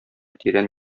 тирән